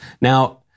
Now-